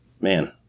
man